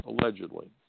allegedly